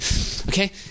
Okay